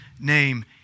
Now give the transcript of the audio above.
name